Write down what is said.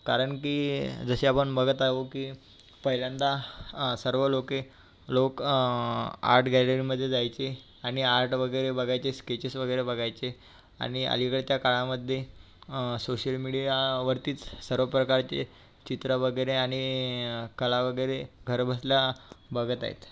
कारण की जसे आपण बघत आहो की पहिल्यांदा सर्व लोके लोक आर्ट गॅलरीमध्ये जायचे आणि आर्ट वगैरे बघायचे स्केचेस वगैरे बघायचे आणि अलीकडच्या काळामध्ये सोशल मीडियावरतीच सर्व प्रकारचे चित्र वगैरे आणि कला वगैरे घरबसल्या बघत आहेत